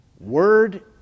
Word